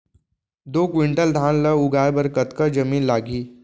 दो क्विंटल धान ला उगाए बर कतका जमीन लागही?